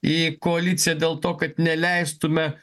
į koaliciją dėl to kad neleistume